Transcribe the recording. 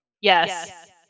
Yes